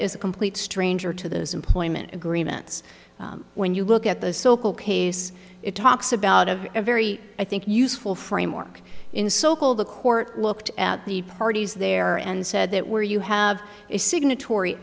is a complete stranger to those employment agreements when you look at the socal case it talks about of a very i think useful framework in socal the court looked at the parties there and said that where you have a signatory